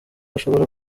ashobora